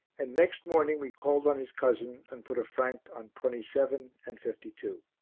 and next morning we called on his cousin and put a franc on twenty seven and fifty two.